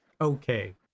okay